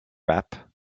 rap